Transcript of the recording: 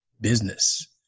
business